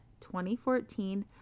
2014